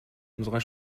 unserer